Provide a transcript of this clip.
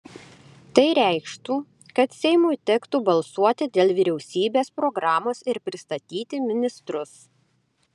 tai reikštų kad seimui tektų balsuoti dėl vyriausybės programos ir pristatyti ministrus